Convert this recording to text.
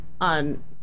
on